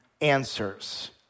answers